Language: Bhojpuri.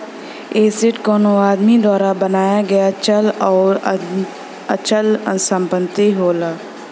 एसेट कउनो आदमी द्वारा बनाया गया चल आउर अचल संपत्ति होला